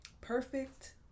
perfect